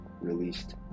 released